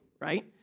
Right